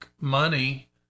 money